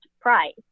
price